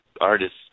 artists